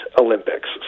olympics